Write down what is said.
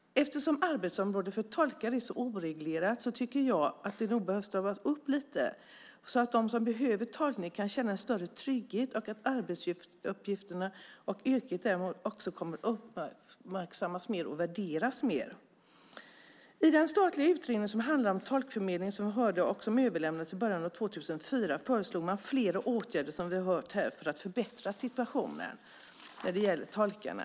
Eftersom arbetsområdet för tolkar är så oreglerat tycker jag att det nog kan stramas upp lite så att de som behöver tolkning kan känna större trygghet och att arbetsuppgifterna och yrket därmed också kommer att uppmärksammas och värderas mer. I den statliga utredning som handlar om tolkförmedling och som överlämnades i början av år 2004 föreslog man flera åtgärder, som vi har hört här, för att förbättra situationen när det gäller tolkarna.